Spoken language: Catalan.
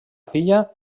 filla